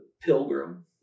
pilgrim